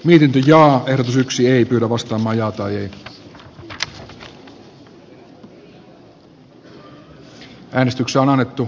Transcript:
hallituksen toimin pelasteta saati sen antamaa turvaa paranneta